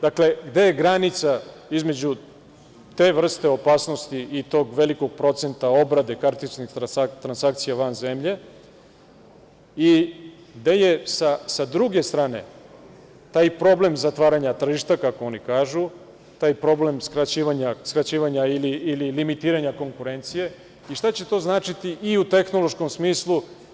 Dakle, gde je granica između te vrste opasnosti i tog velikog procenta obrade kartičnih transakcija van zemlje i gde je sa druge strane, taj problem zatvaranja tržišta, kako oni kažu, taj problem skraćivanja ili limitiranja konkurencije i šta će to značiti i u tehnološkom smislu?